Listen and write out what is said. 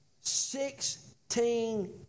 Sixteen